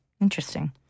interesting